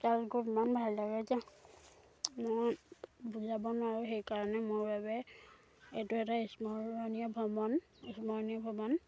ইমান ভাল লাগে যে মই বুজাব নোৱাৰোঁ সেইকাৰণে মোৰ বাবে এইটো এটা স্মৰণীয় ভ্ৰমণ স্মৰণীয় ভ্ৰমণ